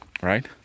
right